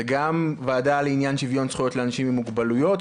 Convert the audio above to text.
זה גם ועדה לעניין שיוויון זכויות לאנשים עם מוגבלויות,